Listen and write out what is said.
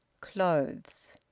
Clothes